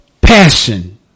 passion